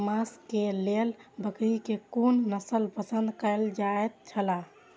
मांस के लेल बकरी के कुन नस्ल पसंद कायल जायत छला?